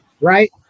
right